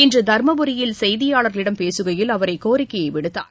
இன்று தர்மபுரியில் செய்தியாளர்களிடம் பேசுகையில் அவர் இக்கோரிக்கையை விடுத்தார்